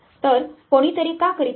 तर कोणीतरी का करीत आहे